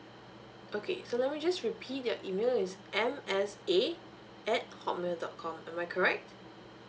okay so let me just repeat your email is m s a at hotmail dot com am I correct